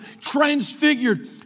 transfigured